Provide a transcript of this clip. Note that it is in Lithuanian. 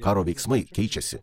karo veiksmai keičiasi